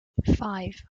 five